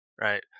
right